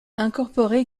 incorporé